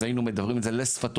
היינו מדברים את זה לשפתו,